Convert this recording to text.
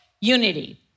Unity